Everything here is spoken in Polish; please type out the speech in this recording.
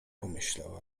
pomyślał